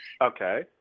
Okay